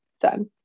done